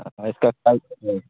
ہاں اس کا خیال رکھیں